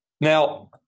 Now